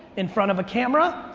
in front of a camera,